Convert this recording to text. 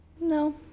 no